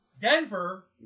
Denver